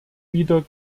wieder